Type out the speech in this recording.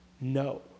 no